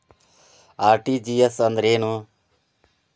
RTGS ಅಂದ್ರೇನು?